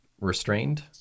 Restrained